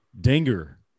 Dinger